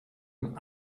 een